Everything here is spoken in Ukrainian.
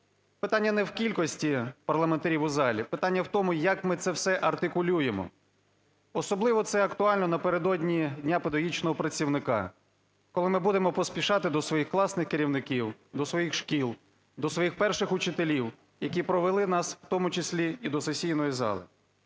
питання не в кількості парламентарів у залі, питання в тому, як ми це все артикулюємо. Особливо це актуально напередодні Дня педагогічного працівника, коли ми будемо поспішати до своїх класних керівників, до своїх шкіл, до своїх перших учителів, які провели нас, в тому числі і до сесійної зали.